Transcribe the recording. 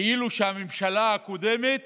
כאילו שהממשלה הקודמת